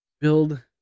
build